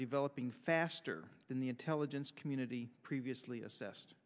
developing faster than the intelligence community previously assessed